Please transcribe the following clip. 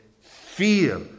fear